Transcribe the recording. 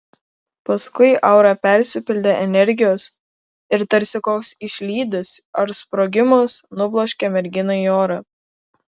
paskui aura persipildė energijos ir tarsi koks išlydis ar sprogimas nubloškė merginą į orą